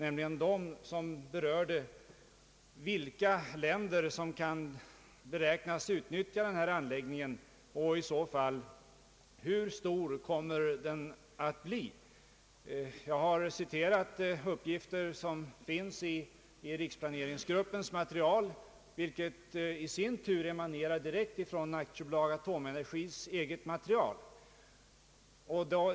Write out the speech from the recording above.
Det gäller alltså vilka länder som kan beräknas utnyttja denna anläggning och hur stor den i så fall kommer att bli. Jag har citerat de uppgifter som finns i riksplaneringsgruppens material, vilket i sin tur direkt emanerar från AB Atomenergis eget material.